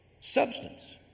Substance